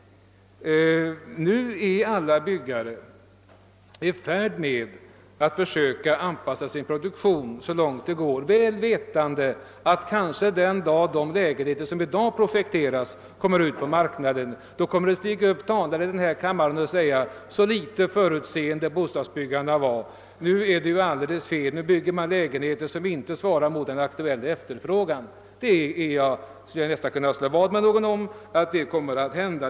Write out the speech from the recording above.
Nu är alla byggare i färd med att försöka anpassa sin produktion så långt det går, väl vetande att den dag de nu projekterade lägenheterna kommer ut på marknaden kommer kanske talare att stiga upp i denna kammare och framhålla hur föga förutseende bostadsbyggarna varit. Nu har det blivit alldeles fel ty nu bygger man lägenheter som inte svarar mot den aktuella efter frågan, kommer det att sägas. Jag skulle nästan kunna slå vad med någon om att detta kommer att hända.